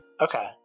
Okay